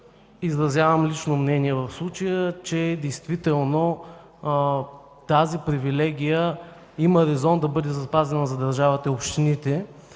Изразявам лично мнение в случая, че действително тази привилегия има резон да бъде запазена за държавата и общините,